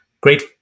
Great